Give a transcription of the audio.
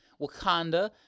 Wakanda